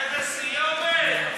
איזו סיומת.